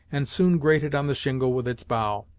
and soon grated on the shingle with its bow.